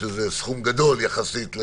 שזה סכום גדול יחסית,